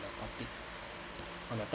the topic on the